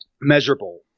measurable